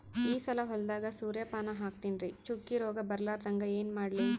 ಈ ಸಲ ಹೊಲದಾಗ ಸೂರ್ಯಪಾನ ಹಾಕತಿನರಿ, ಚುಕ್ಕಿ ರೋಗ ಬರಲಾರದಂಗ ಏನ ಮಾಡ್ಲಿ?